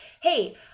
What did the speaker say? hey